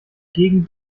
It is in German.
gegen